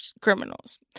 criminals